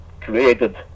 created